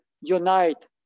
unite